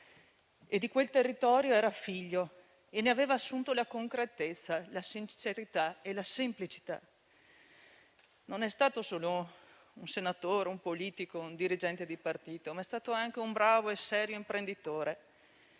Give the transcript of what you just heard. e di quel territorio era figlio, tanto che ne aveva assunto la concretezza, la sincerità e la semplicità. Non è stato solo un senatore, un politico, un dirigente di partito, ma anche un bravo e serio imprenditore.